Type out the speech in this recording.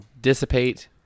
dissipate